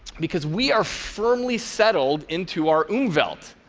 because we are firmly settled into our umwelt.